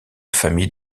famille